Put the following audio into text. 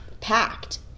packed